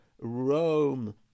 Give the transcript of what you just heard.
Rome